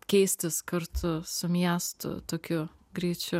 keistis kartu su miestu tokiu greičiu